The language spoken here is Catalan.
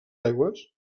aigües